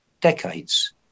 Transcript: decades